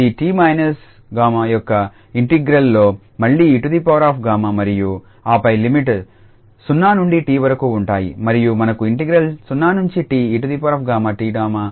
ఈ 𝑒𝜏 యొక్క ఇంటిగ్రల్ తో మళ్లీ 𝑒𝜏 మరియు ఆపై లిమిట్స్ 0 నుండి 𝑡 వరకు ఉంటాయి మరియు మనకు 0t e 𝑑𝜏 ఉంది